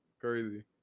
Crazy